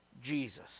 Jesus